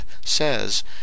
says